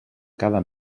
cada